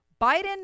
Biden